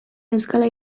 neuzkala